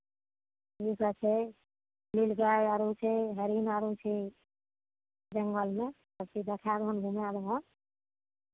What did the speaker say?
कीसभ छै नील गाय आरू छै हरिन आरू छै जङ्गलमे सभचीज देखाए देबनि घुमाए देबनि